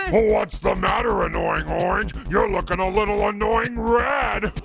what's the matter, annoying orange? you're looking a little annoying red.